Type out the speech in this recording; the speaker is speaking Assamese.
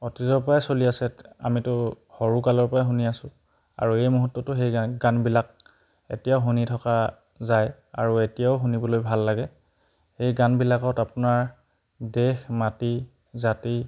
অতীজৰ পৰাই চলি আছে আমিতো সৰুকালৰ পৰাই শুনি আছোঁ আৰু এই মুহূৰ্তটো সেই গান গানবিলাক এতিয়াও শুনি থকা যায় আৰু এতিয়াও শুনিবলৈ ভাল লাগে সেই গানবিলাকত আপোনাৰ দেশ মাটি জাতি